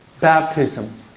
baptism